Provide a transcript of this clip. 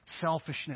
selfishness